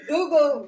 Google